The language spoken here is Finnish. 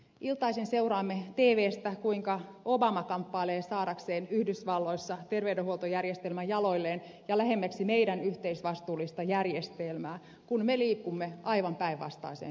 iltaisin seuraamme tvstä kuinka obama kamppailee saadakseen yhdysvalloissa terveydenhuoltojärjestelmän jaloilleen ja lähemmäksi meidän yhteisvastuullista järjestelmää kun me liikumme aivan päinvastaiseen suuntaan